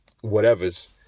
whatever's